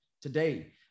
today